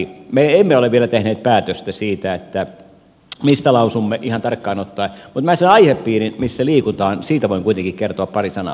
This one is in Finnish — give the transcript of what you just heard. me emme ole vielä tehneet päätöstä siitä mistä lausumme ihan tarkkaan ottaen mutta siitä aihepiiristä missä liikutaan voin kuitenkin kertoa pari sanaa